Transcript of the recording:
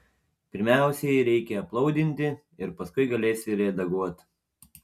pirmiausiai reikia aplaudinti ir paskui galėsi redaguot